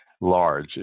large